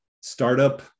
startup